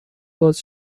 باز